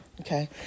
Okay